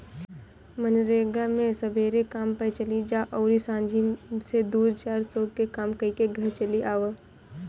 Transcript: मनरेगा मे सबेरे काम पअ चली जा अउरी सांझी से दू चार सौ के काम कईके घरे चली आवअ